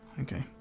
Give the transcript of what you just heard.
okay